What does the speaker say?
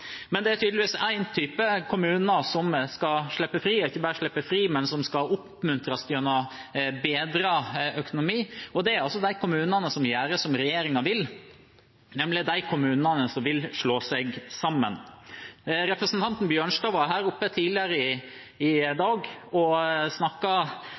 Men det er tydeligvis én type kommuner som skal slippe, og ikke bare slippe, men oppmuntres gjennom bedret økonomi. Det er de kommunene som gjør som regjeringen vil, nemlig de kommunene som vil slå seg sammen. Representanten Bjørnstad var her oppe tidligere i